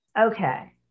Okay